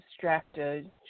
distracted